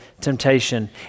temptation